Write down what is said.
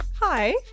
Hi